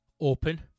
open